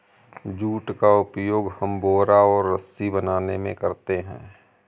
jute का उपयोग हम बोरा और रस्सी बनाने में करते हैं